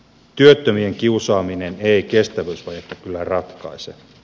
työttömien kiusaaminen ei kestävyysvajetta kyllä ratkaise